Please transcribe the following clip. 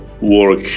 work